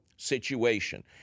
situation